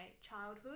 childhood